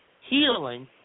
healing